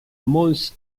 mons